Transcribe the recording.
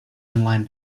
online